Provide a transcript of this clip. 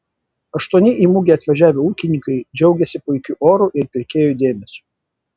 aštuoni į mugę atvažiavę ūkininkai džiaugėsi puikiu oru ir pirkėjų dėmesiu